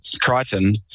Crichton